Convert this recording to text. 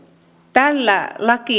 tällä